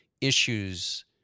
issues